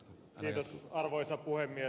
kiitos arvoisa puhemies